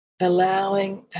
Allowing